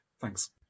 Thanks